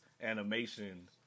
animation